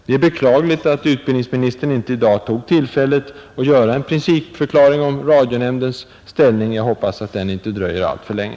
Det är beklagligt att utbildningsministern inte i dag tog tillfället i akt att göra en principförklaring om radionämndens ställning. Jag hoppas att den inte dröjer alltför länge.